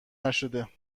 نشده